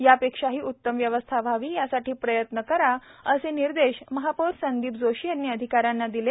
यापेक्षाही उत्तम व्यवस्था व्हावी यासाठी प्रयत्न करा असे निर्देश महापौर संदीप जोशी यांनी अधिकाऱ्यांना दिले